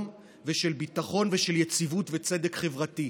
ושל ביטחון ושל יציבות וצדק חברתי.